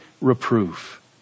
reproof